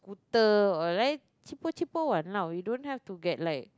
scooter alright cheapo cheapo [one] lah you don't have to get like